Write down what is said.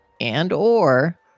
and/or